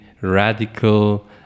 radical